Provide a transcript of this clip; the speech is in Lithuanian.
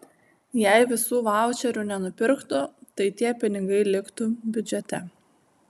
jei visų vaučerių nenupirktų tai tie pinigai liktų biudžete